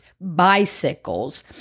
bicycles